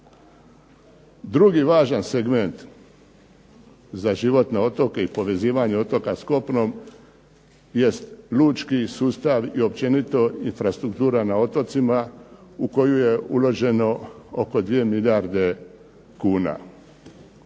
Drugi važan segment za život na otoke i povezivanje otoka s kopnom jest lučki sustav i općenito infrastruktura na otocima u koju je uloženo oko 2 milijarde kuna.